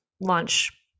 launch